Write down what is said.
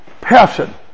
Passion